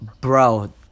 Bro